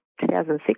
2006